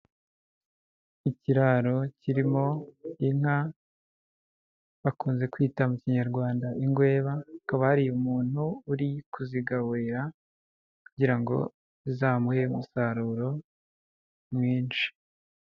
Ikiraro kirimo inka bakunze kwita mu kinyarwanda ingweba, hakaba hari umuntu uri kuzigaburira kugira ngo zizamuhe umusaruro mwinshi.